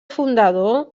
fundador